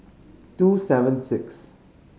two seven six